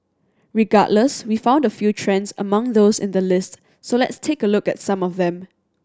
regardless we found a few trends among those in the list so let's take a look at some of them